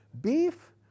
beef